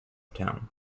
town